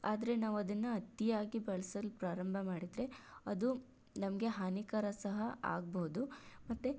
ಆದರೆ ನಾವು ಅದನ್ನು ಅತಿಯಾಗಿ ಬಳಸಲು ಪ್ರಾರಂಭ ಮಾಡಿದರೆ ಅದು ನಮಗೆ ಹಾನಿಕರ ಸಹ ಆಗ್ಬೋದು ಮತ್ತೆ